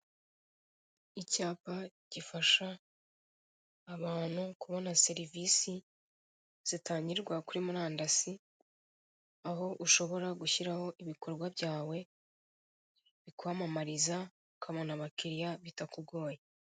Icyapa gifasha abantu kubona serivisi zitangirwa kuri murandasi. Aho ushobora gushyiraho ibikorwa byawe bikwamamariza, ukabona abakiriya bitakugoye.